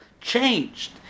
changed